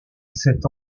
cet